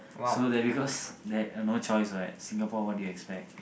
so that because that no choice what Singapore what do you expect